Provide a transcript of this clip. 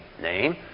name